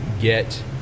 get